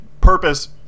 purpose